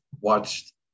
watched